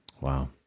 Wow